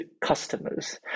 customers